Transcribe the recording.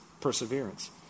perseverance